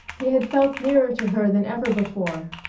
he had felt nearer to her than ever before.